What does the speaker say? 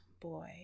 boy